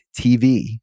TV